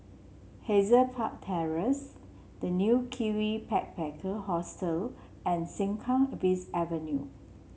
Hazel Park Terrace The New Kiwi Backpacker Hostel and Sengkang West Avenue